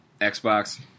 Xbox